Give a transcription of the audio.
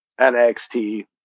NXT